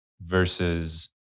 versus